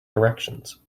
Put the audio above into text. directions